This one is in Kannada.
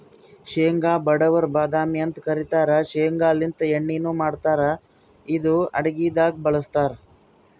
ಶೇಂಗಾ ಬಡವರ್ ಬಾದಾಮಿ ಅಂತ್ ಕರಿತಾರ್ ಶೇಂಗಾಲಿಂತ್ ಎಣ್ಣಿನು ಮಾಡ್ತಾರ್ ಇದು ಅಡಗಿದಾಗ್ ಬಳಸ್ತಾರ್